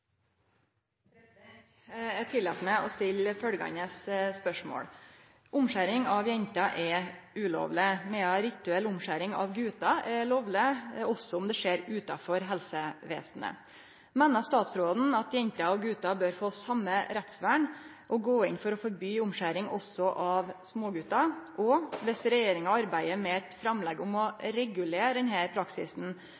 Eg tillèt meg å stille følgjande spørsmål: «Omskjering av jenter er ulovleg, medan rituell omskjering av gutar er lovleg, også om det skjer utanfor helsevesenet. Meiner statsråden at jenter og gutar bør få same rettsvern og gå inn for å forby omskjering også av smågutar, og viss regjeringa arbeider med eit framlegg om